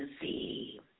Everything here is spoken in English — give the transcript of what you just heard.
see